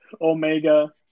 Omega